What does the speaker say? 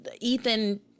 Ethan